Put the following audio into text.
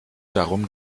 darum